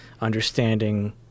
Understanding